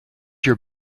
your